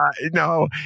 No